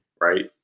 right